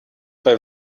bei